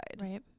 Right